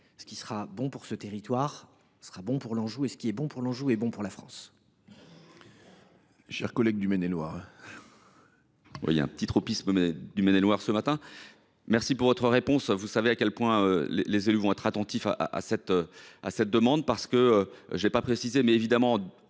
Ce qui sera bon pour ce territoire sera bon pour l’Anjou et ce qui est bon pour l’Anjou est bon pour la France.